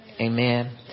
Amen